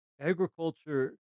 agriculture